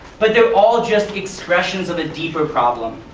but they are all just expressions of a deeper problem.